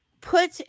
put